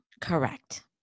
Correct